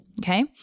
okay